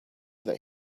that